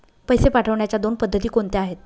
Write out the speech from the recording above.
पैसे पाठवण्याच्या दोन पद्धती कोणत्या आहेत?